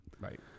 Right